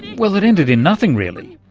well, it ended in nothing really.